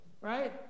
right